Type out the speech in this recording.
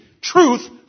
truth